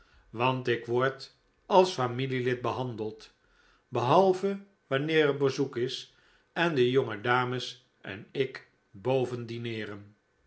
want ik word als familielid behandeld behalve wanneer er bezoek is en de jonge dames en ik boven dineeren